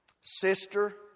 Sister